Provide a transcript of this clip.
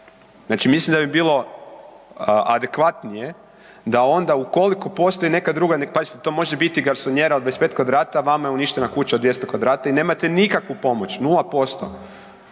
Znači mislim da bi bilo adekvatnije da onda, ukoliko postoji neka druga, pazite, to može biti i garsonijera od 25 kvadrata, vama je uništena kuća od 200 kvadrata i nemate nikakvu pomoć, 0%,